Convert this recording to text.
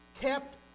kept